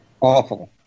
Awful